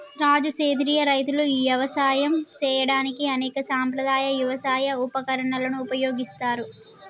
రాజు సెంద్రియ రైతులు యవసాయం సేయడానికి అనేక సాంప్రదాయ యవసాయ ఉపకరణాలను ఉపయోగిస్తారు